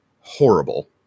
horrible